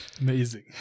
Amazing